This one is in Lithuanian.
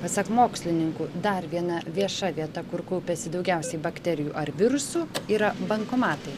pasak mokslininkų dar viena vieša vieta kur kaupiasi daugiausiai bakterijų ar virusų yra bankomatai